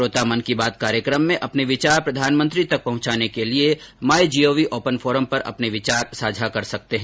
श्रोता मन की बात कार्यक्रम में अपने विचार प्रधानमंत्री तक पहुंचाने के लिये माई जीओवी ओपन फोरम पर अपने विचार साझा कर सकते है